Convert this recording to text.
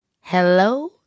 Hello